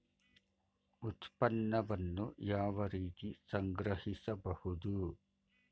ಉತ್ಪನ್ನವನ್ನು ಯಾವ ರೀತಿ ಸಂಗ್ರಹಿಸಬಹುದು?